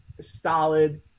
solid